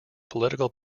political